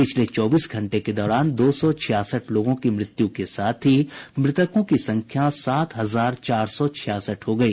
पिछले चौबीस घंटे के दौरान दो सौ छियासठ लोगों की मृत्यु के साथ मृतकों की संख्या सात हजार चार सौ छियासठ हो गई